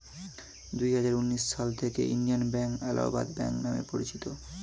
দুহাজার উনিশ সাল থেকে ইন্ডিয়ান ব্যাঙ্ক এলাহাবাদ ব্যাঙ্ক নাম পরিচিত